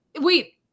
Wait